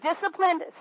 disciplined